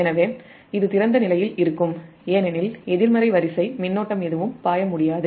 எனவே இது திறந்த நிலையில் இருக்கும் ஏனெனில் எதிர்மறை வரிசை மின்னோட்டம் எதுவும் பாய முடியாது